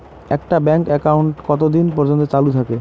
একটা bank account কতদিন পর্যন্ত চালু থাকে?